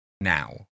Now